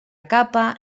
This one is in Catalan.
capa